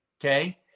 Okay